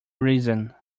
reason